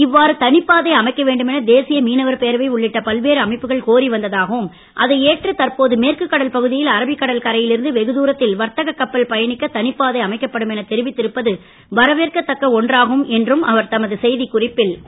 இவ்வாறு தனிப்பாதை அமைக்க வேண்டும் என தேசிய மீனவர் பேரவை உள்ளிட்ட பல்வேறு அமைப்புகள் கோரி வந்ததாகவும் அதை ஏற்று தற்போது மேற்கு கடல் பகுதியில் அரபிக்கடல் கரையில் இருந்து வெகு தூரத்தில் வர்த்தக கப்பல் பயணிக்க தனிப்பாதை அமைக்கப்படும் என தெரிவித்து இருப்பது வரவேற்கத்தக்க ஒன்றாகும் என்று அவர் தமது செய்திக் குறிப்பில் கூறியுள்ளார்